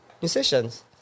musicians